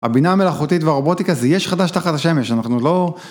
הבנה המלאכותית והרובוטיקה זה יש חדש תחת השמש, אנחנו עוד לא...